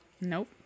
Nope